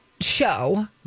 show